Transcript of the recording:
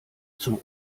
zum